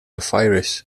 virus